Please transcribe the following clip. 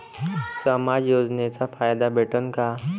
समाज योजनेचा फायदा भेटन का?